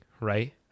right